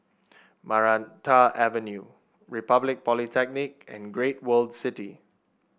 Maranta Avenue Republic Polytechnic and Great World City